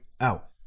out